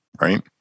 right